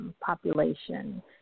population